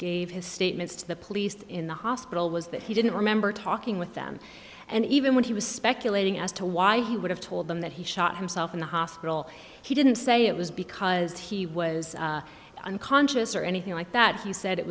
gave his statements to the police in the hospital was that he didn't remember talking with them and even when he was speculating as to why he would have told them that he shot himself in the hospital he didn't say it was because he was unconscious or anything like that he said it